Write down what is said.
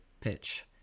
pitch